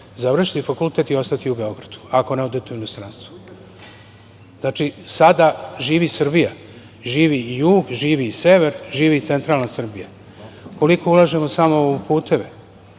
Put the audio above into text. završiti fakultet i ostati u Beogradu ako ne odete u inostranstvo. Znači, sada živi Srbija, živi jug, živi sever, živi centralna Srbija. Koliko ulažemo samo u puteve,